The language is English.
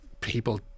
people